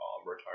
retired